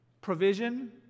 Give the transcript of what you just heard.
Provision